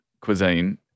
cuisine